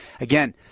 again